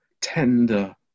tender